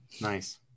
Nice